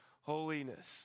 holiness